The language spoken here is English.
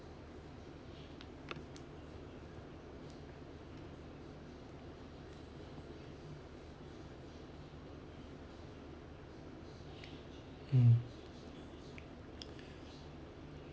mm